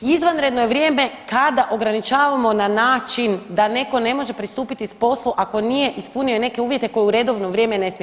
Izvanredno je vrijeme kada ograničavamo na način da netko ne može pristupiti poslu ako nije ispunio neke uvjete koje u redovno vrijeme ne smije.